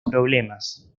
problemas